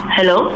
Hello